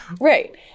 right